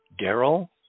Daryl